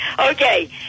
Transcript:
Okay